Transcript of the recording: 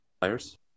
players